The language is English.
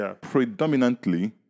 predominantly